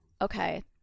Okay